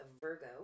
Virgo